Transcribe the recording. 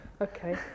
Okay